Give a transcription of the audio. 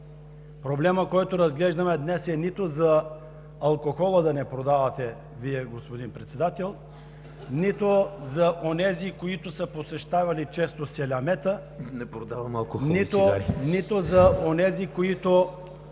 Проблемът, който разглеждаме днес, е нито за алкохола да не продавате Вие, господин Председател, нито за онези, които са посещавали често селямета… ПРЕДСЕДАТЕЛ ЕМИЛ